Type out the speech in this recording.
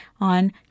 on